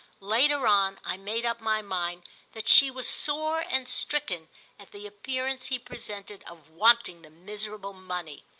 later on i made up my mind that she was sore and stricken at the appearance he presented of wanting the miserable money.